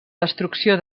destrucció